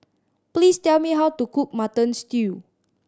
please tell me how to cook Mutton Stew